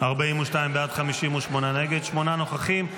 42 בעד, 58 נגד, שמונה נוכחים.